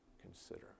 consider